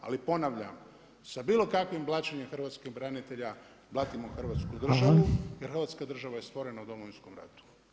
Ali ponavljam, sa bilo kakvim blaćenjem hrvatskih branitelja blatimo Hrvatsku državu jer Hrvatska država je stvorena u Domovinskom ratu.